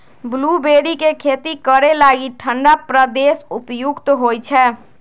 blueberry के खेती करे लागी ठण्डा प्रदेश उपयुक्त होइ छै